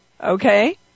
okay